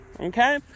Okay